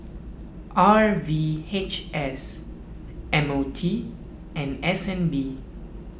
R V H S M O T and S N B